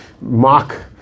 mock